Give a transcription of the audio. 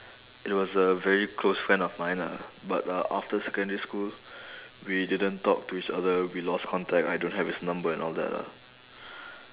it was a very close friend of mine lah but a~ after secondary school we didn't talk to each other we lost contact I don't have his number and all that lah